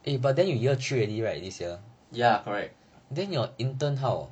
ya correct